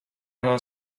her